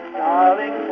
darling